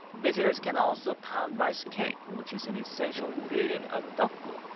visitors can also pound rice cake, which is an essential ingredient of tteoguk,